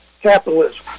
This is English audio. capitalism